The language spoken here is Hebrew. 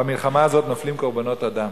במלחמה הזאת נופלים קורבנות אדם.